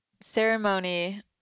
ceremony